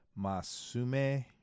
masume